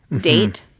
date